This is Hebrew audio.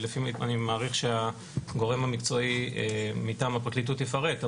אני מעריך שהגורם המקצועי מטעם הפרקליטות יפרט,